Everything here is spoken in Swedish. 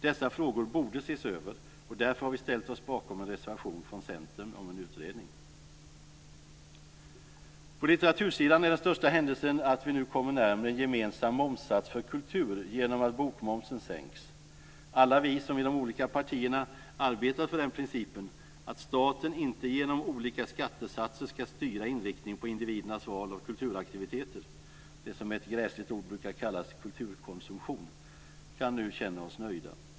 Dessa frågor borde ses över, och därför har vi ställt oss bakom en reservation från Centern om en utredning. På litteratursidan är den största händelsen att vi nu kommer närmare en gemensam momssats för kultur genom att bokmomsen sänks. Alla vi som i de olika partierna arbetat för den principen att staten inte genom olika skattesatser ska styra inriktningen på individernas val av kulturaktiviteter - det som med ett gräsligt ord brukar kallas kulturkonsumtion - kan nu känna oss nöjda.